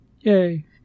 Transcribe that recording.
yay